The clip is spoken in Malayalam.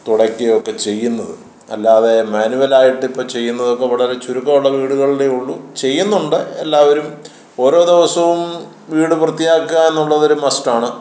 തുടയ്ക്കുകയൊക്കെ ചെയ്യുന്നത് അല്ലാതെ മാനുവലായിട്ടിപ്പോള് ചെയ്യുന്നതൊക്കെ വളരെ ചുരുക്കമുള്ള വീടുകളിലേ ഉള്ളു ചെയ്യുന്നുണ്ട് എല്ലാവരും ഓരോ ദിവസവും വീട് വൃത്തിയാക്കുക എന്നുള്ളതൊരു മസ്റ്റാണ്